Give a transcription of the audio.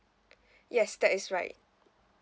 yes that is right